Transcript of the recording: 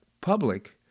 public